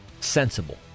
sensible